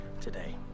today